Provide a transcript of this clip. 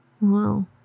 Wow